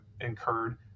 incurred